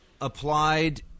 applied